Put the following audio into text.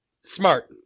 Smart